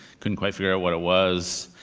couldn't quite figure out what it was.